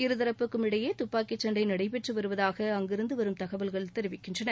இருதரப்புக்கும் இளடயே தப்பாக்கி சண்டை நடைபெற்று வருவதாக அங்கிருந்து வரும் தகவல்கள் தெரிவிக்கின்றன